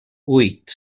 huit